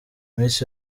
miss